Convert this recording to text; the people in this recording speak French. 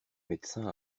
médecin